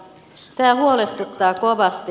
tämä huolestuttaa kovasti